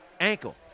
ankle